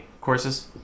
courses